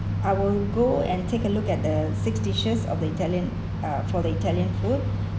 I will go and take a look at the six dishes of the italian uh for the italian food